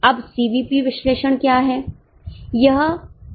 अब C V P विश्लेषण क्या है